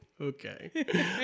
okay